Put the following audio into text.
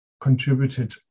contributed